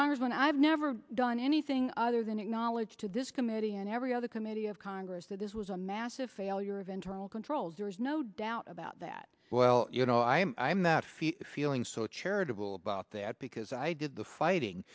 congressman i have never done anything other than acknowledge to this committee and every other committee of congress that this was a massive failure of internal controls there is no doubt about that well you know i i'm that feeling so charitable about that because i did the fighting